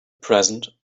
present